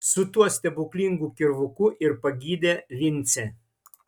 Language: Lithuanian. su tuo stebuklingu kirvuku ir pagydė vincę